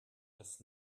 das